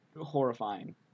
horrifying